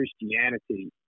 Christianity